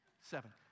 seven